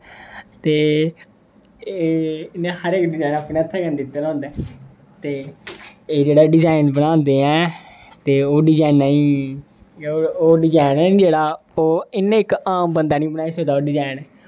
ते इ'नें हर इक डिज़ाइन अपने हत्थें कन्नै दित्ता दा होंदा ऐ ते एह् जेह्ड़ा डिज़ाइन बनांदे ऐ ते ओह् डिज़ाइनां ई ओह् डिज़ाइन ऐ ना जेह्ड़ा ओह् इ'यां इक आम बंदा निं बनाई सकदा डिज़ाइन